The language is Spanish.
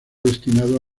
destinado